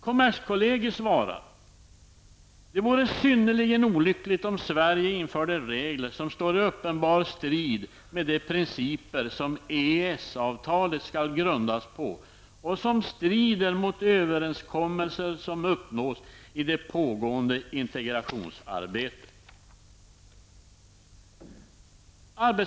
Kommerskollegium skriver i sitt svar: ''Det vore synnerligen olyckligt om Sverige införde regler som står i uppenbar strid med de principer som EES avtalet skall grundas på och som strider mot överenskommelser som uppnås i de pågående integrationsarbetet.''